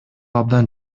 абдан